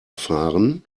fahren